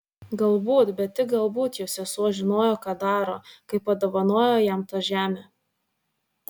galbūt bet tik galbūt jo sesuo žinojo ką daro kai padovanojo jam tą žemę